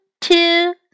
two